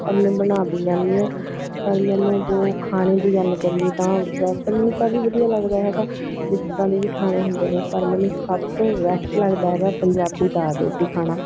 ਔਰ ਮੈਂ ਬਣਾ ਵੀ ਲੈਂਦੀ ਹਾਂ ਪਰ ਮੈਨੂੰ ਜੋ ਖਾਣੇ ਦੀ ਗੱਲ ਕਰੀਏ ਤਾਂ ਵੈਸੇ ਤਾਂ ਮੈਨੂੰ ਸਭ ਹੀ ਵਧੀਆ ਲੱਗਦਾ ਹੈਗਾ ਵੀ ਜਿੱਦਾਂ ਦੇ ਵੀ ਖਾਣੇ ਹੁੰਦੇ ਨੇ ਪਰ ਮੈਨੂੰ ਸਭ ਤੋਂ ਬੈਸਟ ਲੱਗਦਾ ਹੈਗਾ ਪੰਜਾਬੀ ਦਾਲ ਰੋਟੀ ਖਾਣਾ